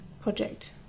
project